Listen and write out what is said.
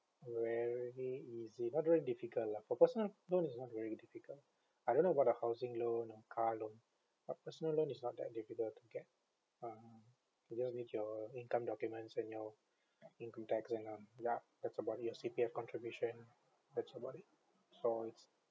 very easy not very difficult lah for personal loan is not very difficult I don't know about the housing loan or car loan but personal loan is not that difficult to get um you know with your income documents and your income tax and all that that's about it your C_P_F contribution that's about it so it's